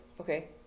Okay